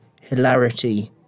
hilarity